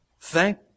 Thank